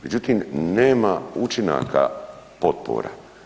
Međutim, nema učinaka potpora.